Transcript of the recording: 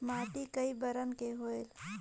माटी कई बरन के होयल?